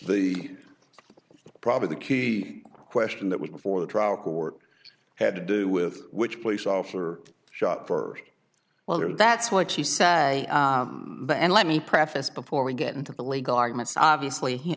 the probably the key question that was before the trial court had to do with which police officer shot for well or that's what she said but and let me preface before we get into the legal arguments obviously